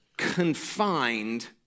confined